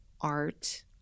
art